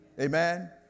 amen